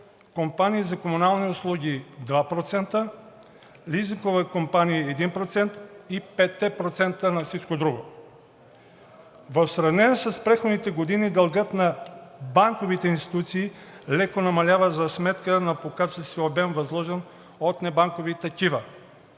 компании за комунални услуги – 2%; лизингови компании – 1%, и 5% на всичко друго. В сравнение с преходните години дългът на банковите институции леко намалява за сметка на покачващия се обем, възложен от небанкови такива.